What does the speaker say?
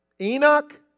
Enoch